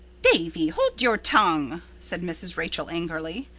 davy, hold your tongue, said mrs. rachel angrily.